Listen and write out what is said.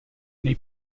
nei